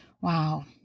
Wow